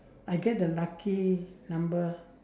I get the lucky number